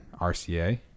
RCA